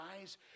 eyes